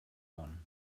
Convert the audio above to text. one